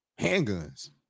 handguns